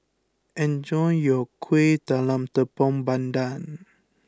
enjoy your Kuih Talam Tepong Pandan